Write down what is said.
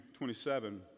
27